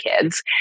kids